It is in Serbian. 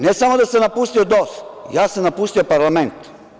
Ne samo da sam napustio DOS, ja sam napustio parlament.